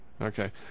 Okay